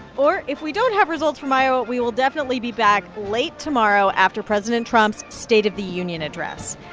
or if we don't have results from iowa, we will definitely be back late tomorrow after president trump's state of the union address.